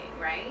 right